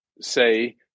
say